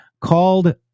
called